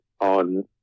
on